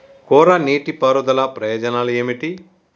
కోరా నీటి పారుదల ప్రయోజనాలు ఏమిటి?